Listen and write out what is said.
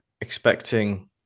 expecting